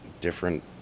different